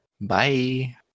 Bye